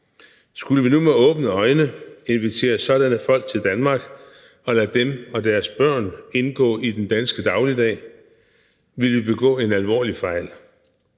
Skulle vi nu med åbne øjne invitere sådanne folk til Danmark og lade dem og deres børn indgå i den danske dagligdag, ville vi begå en alvorlig fejl.